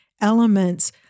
elements